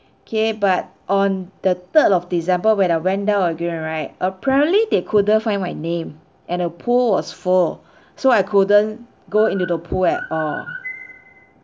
okay but on the third of december when I went down again right apparently they couldn't find my name and the pool was full so I couldn't go into the pool at all